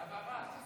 למה רק?